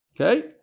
Okay